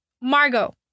Margot